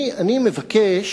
אני מבקש